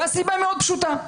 והסיבה מאוד פשוטה,